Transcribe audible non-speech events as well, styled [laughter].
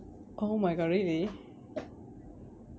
oh my god really [coughs]